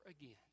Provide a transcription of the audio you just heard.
again